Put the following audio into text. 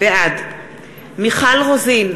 בעד מיכל רוזין,